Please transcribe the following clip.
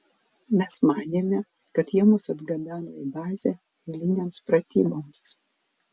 mes manėme kad jie mus atgabeno į bazę eilinėms pratyboms